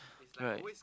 right